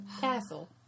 Castle